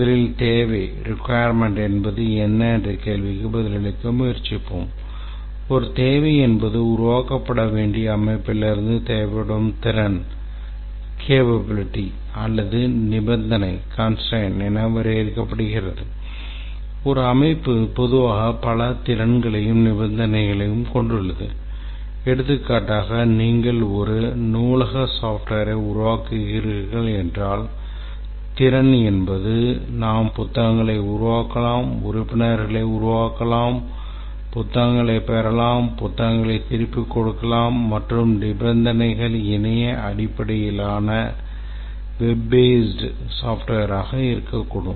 முதலில் தேவை மென்பொருளாக இருக்கக்கூடும்